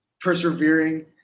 persevering